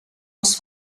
els